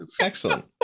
excellent